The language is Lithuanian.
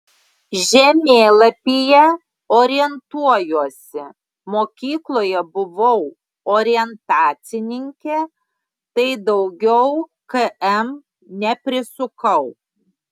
žemėlapyje orientuojuosi mokykloje buvau orientacininkė tai daugiau km neprisukau